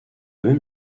même